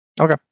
Okay